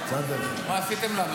למה לא יפה?